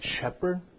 shepherd